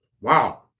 Wow